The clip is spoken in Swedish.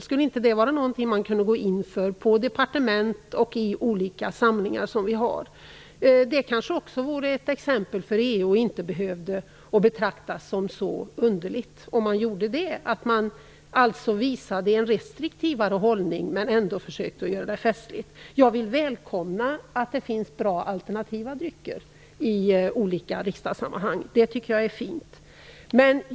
Skulle inte detta vara någonting som man kunde gå in för på departement och vid olika samlingar? Det kanske vore ett exempel för EU. Det behöver inte betraktas som underligt om man visar en restriktivare hållning men ändå försöker göra det festligt. Jag välkomnar bra alternativa drycker i olika riksdagssammanhang. Det tycker jag är fint.